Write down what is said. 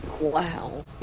Wow